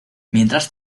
mientras